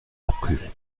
abkühlen